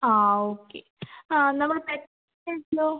ആ ഓക്കെ ആ നമ്മള് പെട്രോളോ